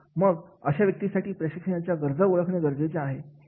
मग अशा व्यक्तींसाठी प्रशिक्षणाच्या गरजा ओळखणे गरजेचे आहे